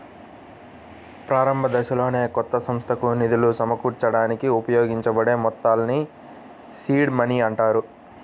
ప్రారంభదశలోనే కొత్త సంస్థకు నిధులు సమకూర్చడానికి ఉపయోగించబడే మొత్తాల్ని సీడ్ మనీ అంటారు